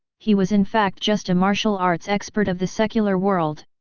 he was in fact just a martial arts expert of the secular world.